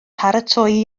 paratoi